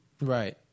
right